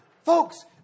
Folks